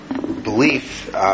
belief